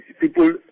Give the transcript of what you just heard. People